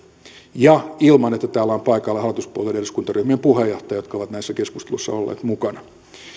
ja ilman että täällä ovat paikalla hallituspuolueiden eduskuntaryhmien puheenjohtajat jotka ovat näissä keskusteluissa olleet mukana